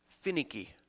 finicky